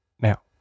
now